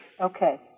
Okay